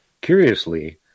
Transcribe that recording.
Curiously